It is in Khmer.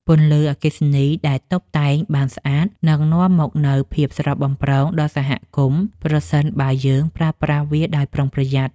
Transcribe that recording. ពន្លឺអគ្គិសនីដែលតុបតែងបានស្អាតនឹងនាំមកនូវភាពស្រស់បំព្រងដល់សហគមន៍ប្រសិនបើយើងប្រើប្រាស់វាដោយប្រុងប្រយ័ត្ន។